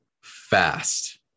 fast